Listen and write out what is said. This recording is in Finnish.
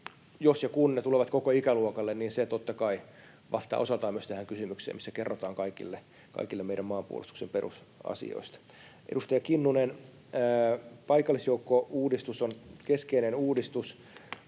jos ja kun ne tulevat koko ikäluokalle — totta kai vastaavat osaltaan myös tähän kysymykseen. Niissä kerrotaan kaikille meidän maanpuolustuksen perusasioista. Edustaja Kinnunen, paikallisjoukkouudistus on keskeinen uudistus.